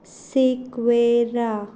Sequeira